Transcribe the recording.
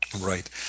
Right